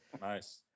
nice